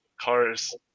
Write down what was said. cars